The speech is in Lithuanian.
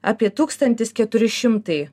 apie tūkstantis keturi šimtai